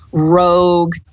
rogue